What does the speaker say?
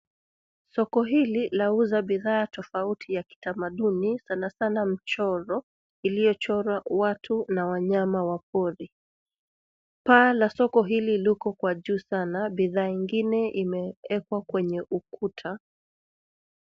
Soko hili lauza bidhaa tofauti ya kitamaduni, sana sana mchoro iliyochorwa watu na wanyama wa pori. Paa la soko hili liko kwa juu sana. Bidhaa ingine imewekwa kwenye ukuta.